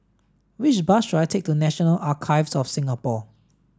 which bus should I take to National Archives of Singapore